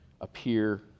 appear